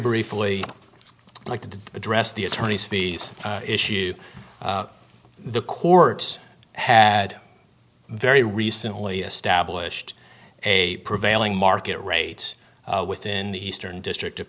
briefly like to address the attorney's fees issue the court had very recently established a prevailing market rates within the eastern district of